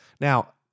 Now